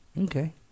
Okay